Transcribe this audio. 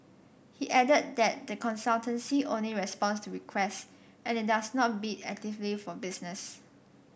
he added that the consultancy only responds to requests and it does not bid actively for business